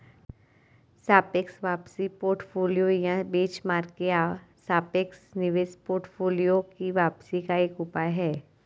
सापेक्ष वापसी पोर्टफोलियो या बेंचमार्क के सापेक्ष निवेश पोर्टफोलियो की वापसी का एक उपाय है